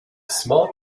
small